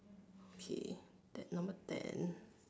okay that number ten